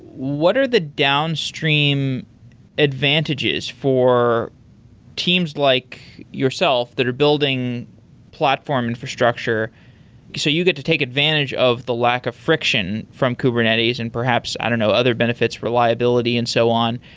what are the downstream advantages for teams like yourself that are building platform infrastructure so you get to take advantage of the lack of friction from kubernetes and perhaps i don't know, other benefits reliability and so on.